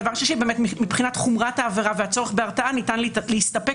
דבר נוסף מבחינת חומרת העבירה והצורך בהתרעה ניתן להסתפק